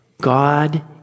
God